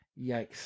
Yikes